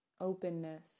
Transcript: openness